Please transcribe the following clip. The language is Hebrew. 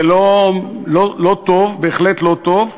זה לא טוב, בהחלט לא טוב,